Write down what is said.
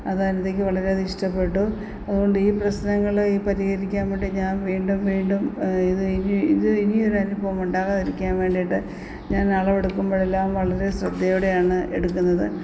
അത് അനിതയ്ക്ക് വളരെയധികം ഇഷ്ടപ്പെട്ടു അതുകൊണ്ട് ഈ പ്രശ്നങ്ങള് പരിഹരിക്കാൻ വേണ്ടി ഞാൻ വീണ്ടും വീണ്ടും ഇത് ഇനി ഇത് ഇനി ഒരു അനുഭവം ഉണ്ടാകാതിരിക്കാൻ വേണ്ടിയിട്ട് ഞാന് അളവെടുക്കുമ്പഴെല്ലാം വളരെ ശ്രദ്ധയോടെയാണ് എടുക്കുന്നത്